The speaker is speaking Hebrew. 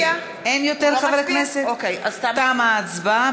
תמה ההצבעה.